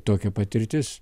tokia patirtis